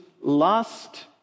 last